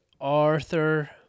Arthur